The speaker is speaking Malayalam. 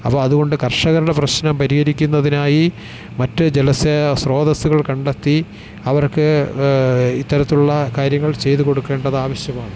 അപ്പം അതുകൊണ്ട് കർഷകരുടെ പ്രശ്നം പരിഹരിക്കുന്നതിനായി മറ്റു ജല സ്രോതസ്സുകൾ കണ്ടെത്തി അവർക്ക് ഇത്തരത്തുള്ള കാര്യങ്ങൾ ചെയ്തു കൊടുക്കേണ്ടത് ആവശ്യമാണ്